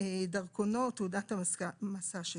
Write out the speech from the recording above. דרכונו או תעודת המסע שלו.